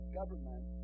government